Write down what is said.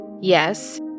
yes